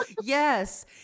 yes